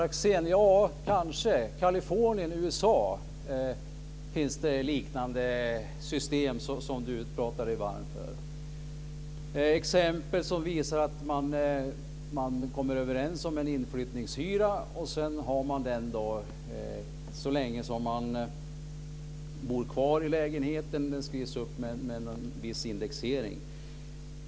I Kalifornien, USA, kanske det finns system som liknar dem som Gunnar Axén pratar sig varm för. Där finns exempel som visar att man kommer överens om en inflyttningshyra. Sedan har man den så länge som man bor kvar i lägenheten. Den skrivs upp med en viss indexering.